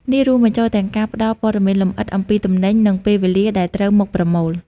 នេះរួមបញ្ចូលទាំងការផ្តល់ព័ត៌មានលម្អិតអំពីទំនិញ និងពេលវេលាដែលត្រូវមកប្រមូល។